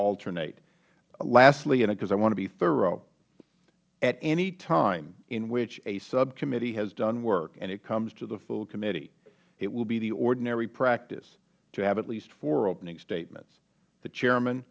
because i want to be thorough at any time in which a subcommittee has done work and it comes to the full committee it will be the ordinary practice to have at least four opening statements the chairman